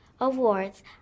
awards